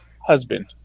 husband